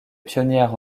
pionnière